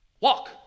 Walk